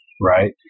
right